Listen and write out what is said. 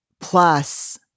plus